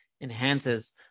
enhances